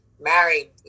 married